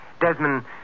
Desmond